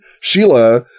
Sheila